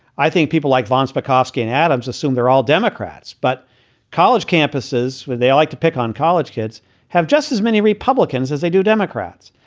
i think people like von spakovsky and adams assume they're all democrats, but college campuses where they like to pick on college kids have just as many republicans as they do democrats.